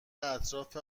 اطراف